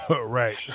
Right